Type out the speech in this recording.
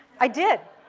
i did.